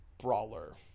brawler